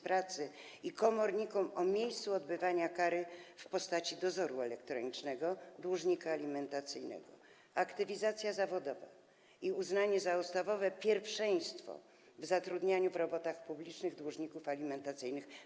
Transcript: Pracy i komornikom o miejscu odbywania kary w postaci dozoru elektronicznego dłużnika alimentacyjnego; aktywizacja zawodowa i uznanie za ustawowe pierwszeństwo zatrudniania w ramach robót publicznych dłużników alimentacyjnych.